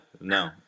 no